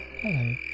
Hello